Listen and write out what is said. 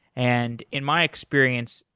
and in my experience,